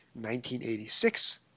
1986